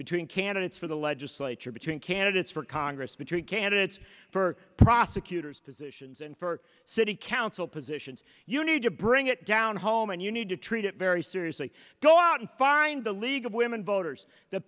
between candidates for the legislature between candidates for congress between candidates for prosecutors positions and for city council positions you need to bring it down home and you need to treat it very seriously go out and find the league of women voters the